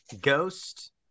Ghost